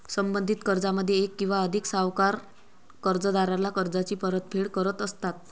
संबंधित कर्जामध्ये एक किंवा अधिक सावकार कर्जदाराला कर्जाची परतफेड करत असतात